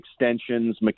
extensions